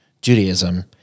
Judaism